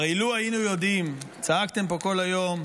הרי לו היינו יודעים, צעקתם פה כל היום,